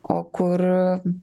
o kur